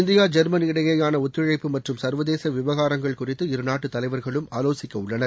India German இடையேயான ஒத்தழைப்பு மற்றும் சர்வதேச விவகாரங்கள் குறித்து இருநாட்டு தலைவர்களும் ஆலோசிக்க உள்ளனர்